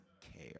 care